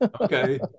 Okay